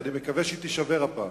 ואני מקווה שהיא תישבר הפעם,